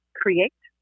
create